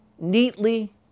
neatly